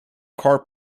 car